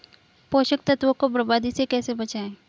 पोषक तत्वों को बर्बादी से कैसे बचाएं?